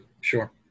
sure